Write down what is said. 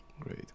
Great